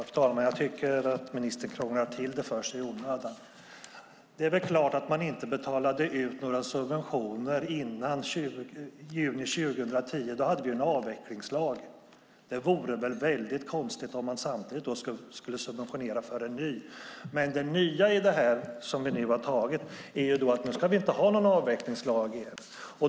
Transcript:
Fru talman! Jag tycker att ministern krånglar till det för sig i onödan. Det är väl klart att man inte betalade ut några subventioner före juni 2010. Då hade vi en avvecklingslag. Det vore väldigt konstigt om man då samtidigt skulle subventionera för en ny. Men det nya i det här är ju att vi nu inte ska ha någon avvecklingslag.